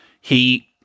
he-